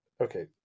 Okay